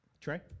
Trey